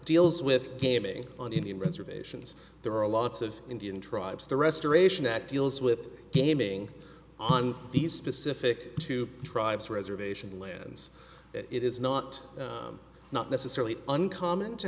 deals with gaming on indian reservations there are lots of indian tribes the restoration that deals with gaming on these specific to tribes reservation lands it is not not necessarily uncommon to